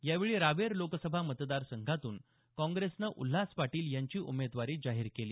यावेळी रावेर लोकसभा मतदारसंघातून काँग्रेसनं उल्हास पाटील यांची उमेदवारी जाहीर केली